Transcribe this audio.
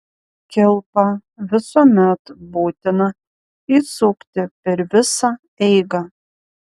kilpą visuomet būtina įsukti per visą eigą